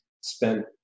Spent